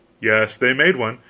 yes, they made one.